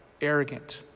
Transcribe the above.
arrogant